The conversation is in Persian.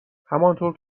همانطور